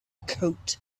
coat